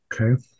Okay